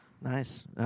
Nice